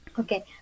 Okay